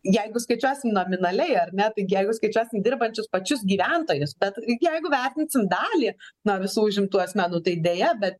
jeigu skaičiuosim nominaliai ar ne tai jeigu skaičiuosim dirbančius pačius gyventojus bet jeigu vertinsim dalį na visų užimtų asmenų tai deja bet